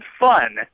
fun